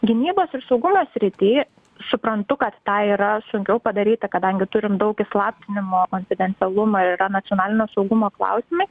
gynybos ir saugumo srity suprantu kad tą yra sunkiau padaryti kadangi turim daug įslaptinimo konfidencialumo yra nacionalinio saugumo klausimai